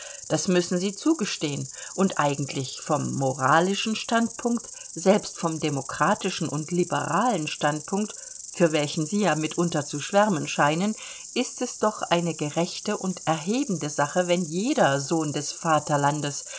das müssen sie zugestehen und eigentlich vom moralischen standpunkt selbst vom demokratischen und liberalen standpunkt für welchen sie ja mitunter zu schwärmen scheinen ist es doch eine gerechte und erhebende sache wenn jeder sohn des vaterlandes